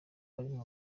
harimo